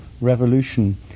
revolution